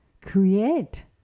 Create